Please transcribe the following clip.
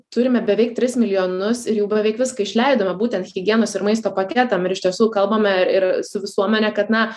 turime beveik tris milijonus ir jau beveik viską išleidome būtent higienos ir maisto paketam iš tiesų kalbame ir ir su visuomene kad na